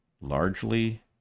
largely